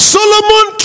Solomon